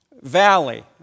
valley